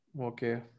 Okay